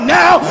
now